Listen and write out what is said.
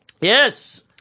Yes